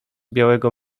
białego